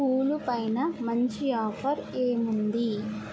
పూలు పైన మంచి ఆఫర్ ఏముంది